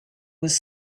was